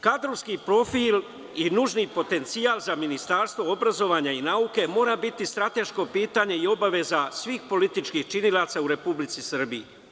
Kadrovski profil i nužni potencijal za Ministarstvo obrazovanja i nauke mora bitistrateško pitanje i obaveza svih političkih činilaca u Republici Srbiji.